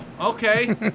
okay